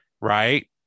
Right